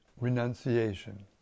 renunciation